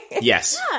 yes